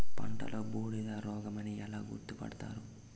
పంటలో బూడిద రోగమని ఎలా గుర్తుపడతారు?